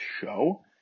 show